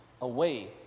away